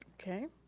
okay.